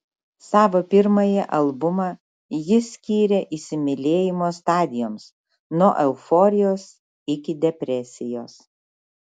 savo pirmąjį albumą ji skyrė įsimylėjimo stadijoms nuo euforijos iki depresijos